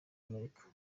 amerika